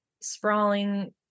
sprawling